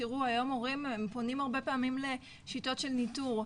תראו היום הורים הם פונים הרבה פעמים לשיטות של ניתור,